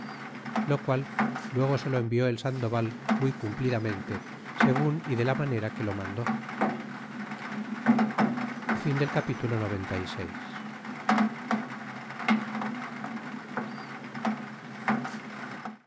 lo qual luego se lo envió el sandoval muy cumplidamente segun y de la manera que lo mandó